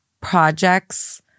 projects